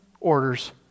orders